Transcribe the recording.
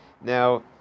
Now